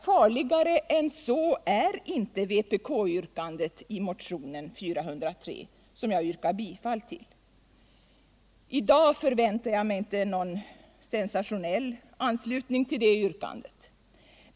Farligare än så är inte vpk-yrkandet i motinen 403, som jag yrkar bifall till. I dag förväntar jag mig inte någon sensationell anslutning till det yrkandet.